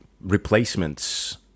replacements